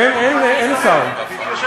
אפשר לעצור ולחדש כשיהיו שרים.